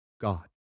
God